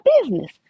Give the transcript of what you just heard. business